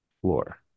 floor